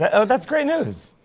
and oh, that's great news.